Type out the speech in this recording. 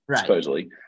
supposedly